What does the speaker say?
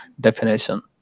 definition